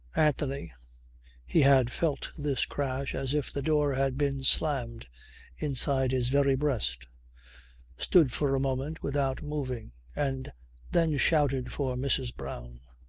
anthony he had felt this crash as if the door had been slammed inside his very breast stood for a moment without moving and then shouted for mrs. brown.